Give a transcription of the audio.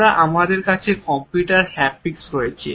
তারপরে আমাদের কাছে কম্পিউটার হ্যাপটিক্স রয়েছে